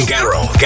Garrow